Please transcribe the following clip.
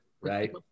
right